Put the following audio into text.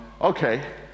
okay